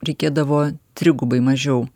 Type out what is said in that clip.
reikėdavo trigubai mažiau